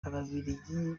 ababiligi